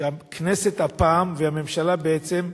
שהכנסת הפעם, והממשלה בעצם,